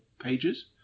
pages